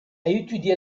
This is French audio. étudié